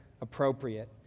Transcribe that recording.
appropriate